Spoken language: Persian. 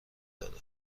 دادن